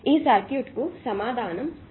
ఈ సర్క్యూట్కు సమాధానం కరెంట్VR1